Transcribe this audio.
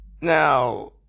Now